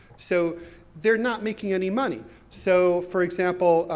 so they're not making any money, so, for example,